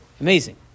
Amazing